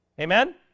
Amen